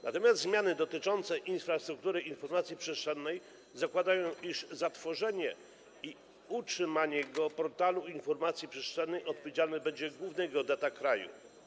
Natomiast zmiany dotyczące infrastruktury informacji przestrzennej zakładają, iż za tworzenie i utrzymanie geoportalu informacji przestrzennej odpowiedzialny będzie główny geodeta kraju.